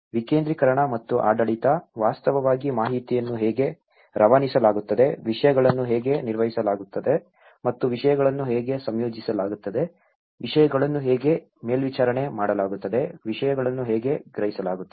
ವಿಕೇಂದ್ರೀಕರಣ ಮತ್ತು ಆಡಳಿತ ವಾಸ್ತವವಾಗಿ ಮಾಹಿತಿಯನ್ನು ಹೇಗೆ ರವಾನಿಸಲಾಗುತ್ತದೆ ವಿಷಯಗಳನ್ನು ಹೇಗೆ ನಿರ್ವಹಿಸಲಾಗುತ್ತದೆ ಮತ್ತು ವಿಷಯಗಳನ್ನು ಹೇಗೆ ಸಂಯೋಜಿಸಲಾಗುತ್ತದೆ ವಿಷಯಗಳನ್ನು ಹೇಗೆ ಮೇಲ್ವಿಚಾರಣೆ ಮಾಡಲಾಗುತ್ತದೆ ವಿಷಯಗಳನ್ನು ಹೇಗೆ ಗ್ರಹಿಸಲಾಗುತ್ತದೆ